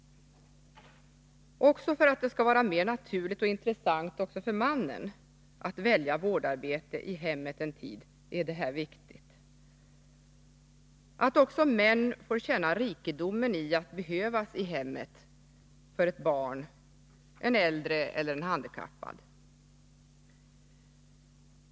Också för att det skall vara mer naturligt och intressant även för en man att välja vårdarbete i hemmet en tid är detta viktigt, så att också män får känna rikedomen i att behövas i hemmet för ett barn, en äldre eller en handikappad.